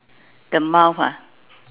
the mouth ah